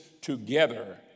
together